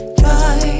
dry